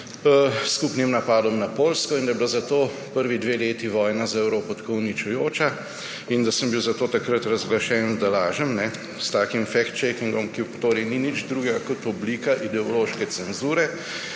skupnim napadom na Poljsko in da je bila zato prvi dve leti vojna za Evropo tako uničujoča, je bilo takrat razglašeno, da lažem. S takim fact-checkingom, ki torej ni nič drugega kot oblika ideološke cenzure,